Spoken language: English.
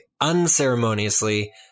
unceremoniously